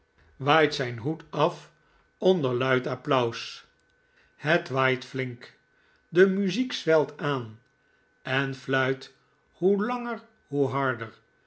waait zijn hoed af onder luid applaus het waait flink de muziek zwelt aan en fluit hoe langer hoe harder